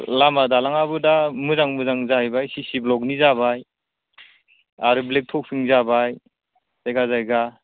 लामा दालाङाबो दा मोजां मोजां जाहैबाय सिसि ब्लकनि जाबाय आरो ब्लेक टपिं जाबाय जायगा जायगा